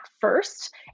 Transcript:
first